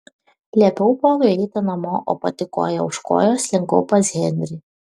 liepiau polui eiti namo o pati koja už kojos slinkau pas henrį